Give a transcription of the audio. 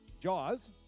Jaws